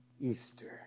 Easter